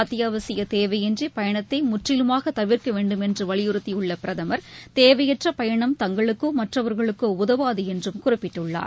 அத்தியாவசியதேவையின்றி பயணத்தைமுற்றிலுமாகதவிர்க்கவேண்டும் என்றுவலியுறுத்தியுள்ளபிரதமர் தேவையற்றபயணம் தங்களுக்கோ மற்றவர்களுக்கோஉதவாதுஎன்றும் குறிப்பிட்டுள்ளார்